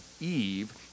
Eve